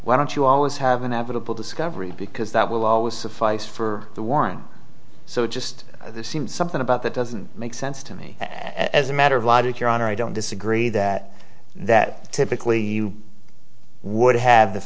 why don't you always have a navigable discovery because that will always suffice for the war and so it just seems something about that doesn't make sense to me as a matter of logic your honor i don't disagree that that typically would have the